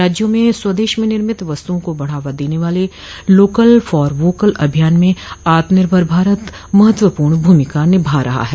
राज्यो में स्वदेश में निर्मित वस्तुओं को बढ़ावा देने वाले लोकल फॉर वोकल अभियान में आत्मनिर्भर भारत महत्वपूर्ण भूमिका निभा रहा है